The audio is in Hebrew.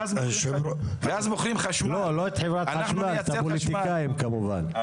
לא, לא את חברת חשמל, את הפוליטיקאים כמובן.